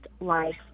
life